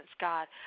God